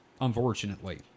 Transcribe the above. unfortunately